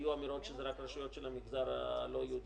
היו אמירות שזה רק רשויות של המגזר הלא יהודי,